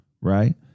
right